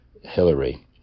Hillary